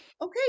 okay